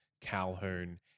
Calhoun